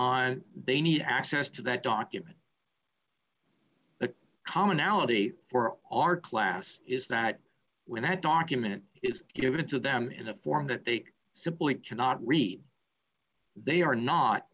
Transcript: on they need access to that document the commonality for our class is that when that document is given to them in a form that they simply cannot read they are not